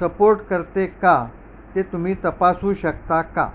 support करते का ते तुम्ही तपासू शकता का